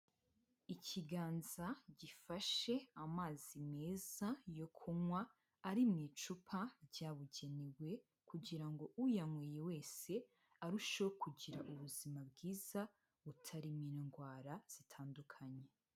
Ikiganza gifashe amazi meza yo kunywa, ari mu icupa ryabugenewe kugira ngo uyamuye wese arusheho kugira ubuzima bwiza butarimo ingwara zitandukanye.